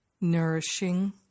nourishing